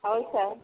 ହଉ ସାର୍